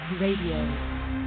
radio